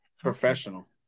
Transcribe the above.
Professional